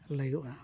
ᱞᱟᱹᱭᱳᱜᱼᱟ